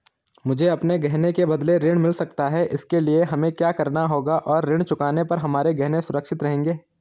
मुझे अपने गहने के बदलें ऋण मिल सकता है इसके लिए हमें क्या करना होगा और ऋण चुकाने पर हमारे गहने सुरक्षित रहेंगे?